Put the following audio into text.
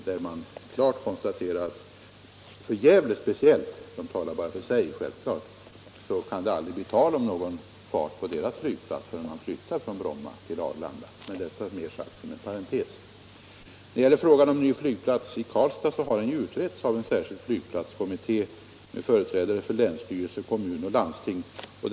Där konstaterar man klart — man talar självfallet bara för Gävle — att det aldrig kan bli någon fart på flygplatsen förrän trafiken flyttas från Bromma till Arlanda. - Men detta sagt mer som en parentes. När det gäller frågan om ny flygplats i Karlstad, har den ju utretts av en särskild flygplatskommitté med företrädare för länsstyrelsen, kommunen och landstinget.